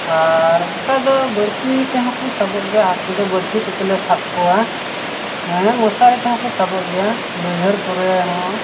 ᱟᱨ ᱚᱠᱟ ᱫᱚ ᱵᱟᱺᱲᱥᱤ ᱛᱮ ᱦᱚᱸ ᱠᱚ ᱥᱟᱵᱚᱜ ᱜᱮᱭᱟ ᱦᱟᱹᱠᱩ ᱵᱟᱺᱲᱥᱤ ᱫᱚ ᱠᱚᱛᱮ ᱞᱮ ᱥᱟᱵ ᱠᱚᱣᱟ ᱦᱮᱸ ᱢᱚᱥᱟᱨᱤ ᱛᱮ ᱦᱚᱸ ᱠᱚ ᱥᱟᱵᱚᱜ ᱜᱮᱭᱟ ᱵᱟᱹᱭᱦᱟᱹᱲ ᱠᱚᱨᱮ ᱦᱚᱸ